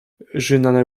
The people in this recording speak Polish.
rzynane